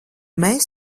mēs